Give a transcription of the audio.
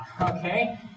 okay